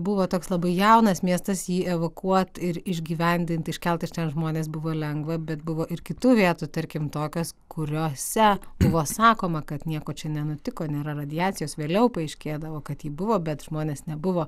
buvo toks labai jaunas miestas jį evakuot ir išgyvendint iškelt iš ten žmones buvo lengva bet buvo ir kitų vietų tarkim tokias kuriose buvo sakoma kad nieko čia nenutiko nėra radiacijos vėliau paaiškėdavo kad ji buvo bet žmonės nebuvo